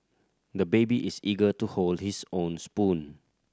the baby is eager to hold his own spoon